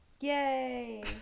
Yay